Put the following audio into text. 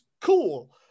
Cool